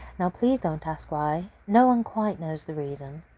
now, please don't ask why. no one quite knows the reason.